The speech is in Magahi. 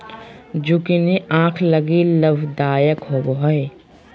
जुकिनी आंख लगी लाभदायक होबो हइ